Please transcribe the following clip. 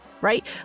right